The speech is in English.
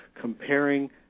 comparing